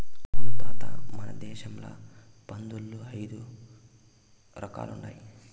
అవును తాత మన దేశంల పందుల్ల ఐదు రకాలుండాయి